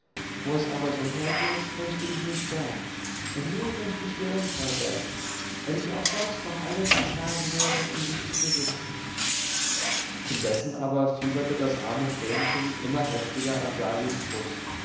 wo es aber so hergeht möchte ich nicht sein denn nie möcht ich dir untreu werden wenn ich auch sonst noch alles ertragen würde um dich zu besitzen indessen aber fieberte das arme vrenchen immer heftiger an salis brust